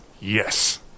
Yes